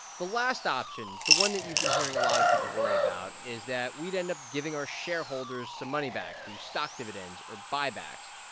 the last option the one that you've been hearing a lot of people worry about is that we'd end up giving our shareholders some money back through stock dividends or buybacks.